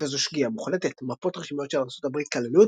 הייתה זו שגיאה מוחלטת – מפות רשמיות של ארצות הברית כללו את